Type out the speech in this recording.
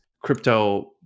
crypto